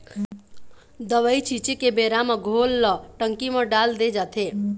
दवई छिंचे के बेरा म घोल ल टंकी म डाल दे जाथे